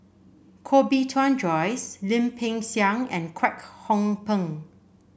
Koh Bee Tuan Joyce Lim Peng Siang and Kwek Hong Png